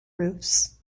roofs